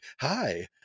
hi